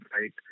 right